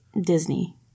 Disney